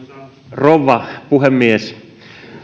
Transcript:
rouva puhemies